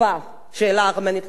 השאלה הארמנית לא קיימת יותר.